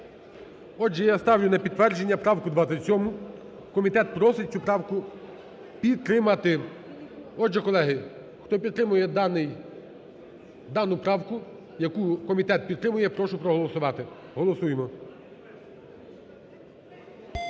Отже, я ставлю на підтвердження правку 27. Комітет просить цю правку підтримати. Отже, колеги, хто підтримує даний… дану правку, яку комітет підтримує, прошу проголосувати. Голосуємо.